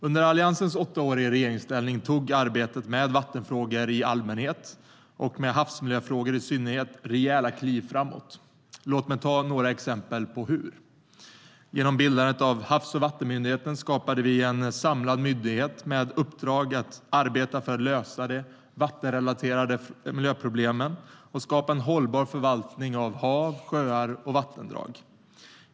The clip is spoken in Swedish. Under Alliansens åtta år i regeringsställning tog arbetet med vattenfrågor i allmänhet och med havsmiljöfrågor i synnerhet rejäla kliv framåt. Låt mig ge några exempel på hur. Genom bildandet av Havs och vattenmyndigheten skapade vi en samlad myndighet med uppdrag att arbeta för att lösa de vattenrelaterade miljöproblemen och skapa en hållbar förvaltning av hav, sjöar och vattendrag.